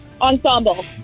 Ensemble